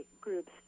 groups